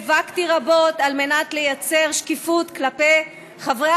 נאבקתי רבות על מנת לייצר שקיפות כלפי חברי